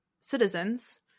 citizens